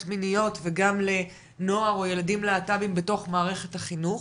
מיניות וגם נוער או ילדים להט"בים בתוך מערכת החינוך